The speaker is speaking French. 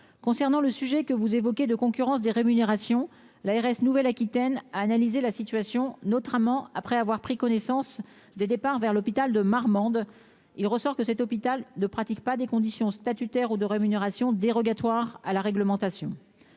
concernant le sujet que vous évoquez de concurrence des rémunérations, l'ARS Nouvelle Aquitaine à analyser la situation, notamment après avoir pris connaissance des départs vers l'hôpital de Marmande, il ressort que cet hôpital de pratiques pas des conditions statutaires ou de rémunération dérogatoires à la réglementation,